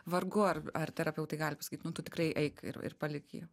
vargu ar ar terapeutai gali pasakyt nu tu tikrai eik ir ir palik jį